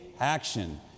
action